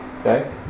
Okay